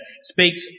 speaks